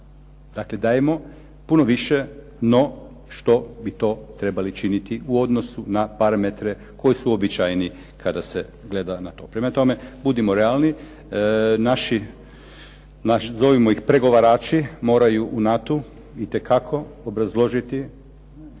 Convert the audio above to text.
Dakle, dajemo puno više no što bi to trebali činiti u odnosu na parametre koji su uobičajeni kada se gleda na to. Prema tome, naši pregovarači moraju u NATO-u itekako obrazložiti